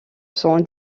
sont